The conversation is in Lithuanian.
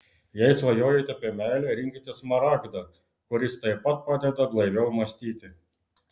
jei svajojate apie meilę rinkitės smaragdą kuris taip pat padeda blaiviau mąstyti